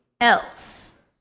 Else